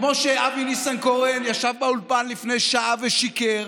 כמו שאבי ניסנקורן ישב באולפן לפני שעה ושיקר,